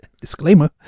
disclaimer